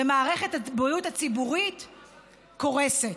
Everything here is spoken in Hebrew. ומערכת הבריאות הציבורית קורסת.